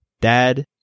dad